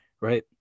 Right